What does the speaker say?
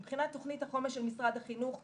מבחינת תכנית החומש של משרד החינוך,